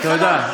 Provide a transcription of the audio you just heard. תודה.